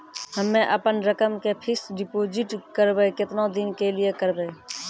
हम्मे अपन रकम के फिक्स्ड डिपोजिट करबऽ केतना दिन के लिए करबऽ?